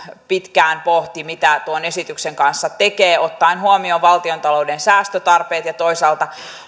pitkään pohti mitä tuon esityksen kanssa tekee ottaen huomioon valtiontalouden säästötarpeet ja toisaalta